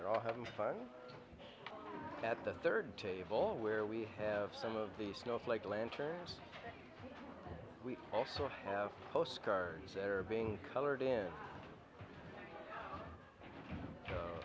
they're all having fun at the third table where we have some of the snowflake lanterns we also have postcards that are being colored in a